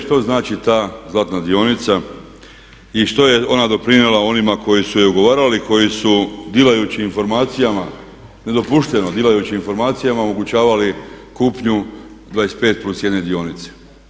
Što znači ta zlatna dionica i što je ona doprinijela onima koji su je ugovarali, koji su dilajući informacijama, nedopušteno dilajući informacijama omogućavali kupnju 25 + 1 dionice.